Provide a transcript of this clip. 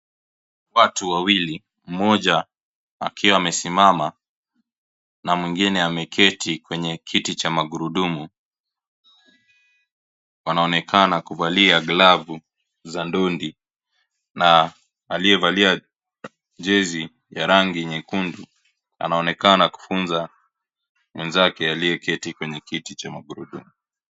Watu wawili mmoja akiwa amesimama na mwingine ameketi kwenye kiti cha magurudumu, wanaonekana kuvalia glovu za ndondi na aliye valia jezi ya rangi nyekundu anaonekana kufunza mwezake aliye keti kwenye kiti cha magurudumu.